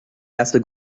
erste